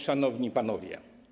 Szanowni Panowie!